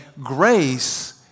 grace